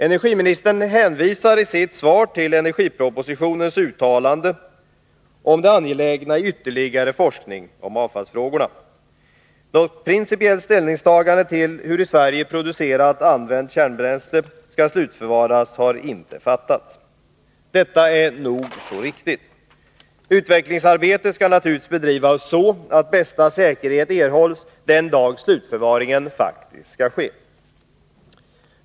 Energiministern hänvisar i sitt svar till energipropositionens uttalande om det angelägna i ytterligare forskning om avfallsfrågorna — något principiellt ställningstagande till hur i Sverige producerat använt kärnbränsle skall slutförvaras har inte gjorts. Detta är nog så viktigt. Utvecklingsarbetet skall naturligtvis bedrivas så att bästa säkerhet erhålls den dag slutförvaringen faktiskt skall ske.